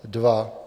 2.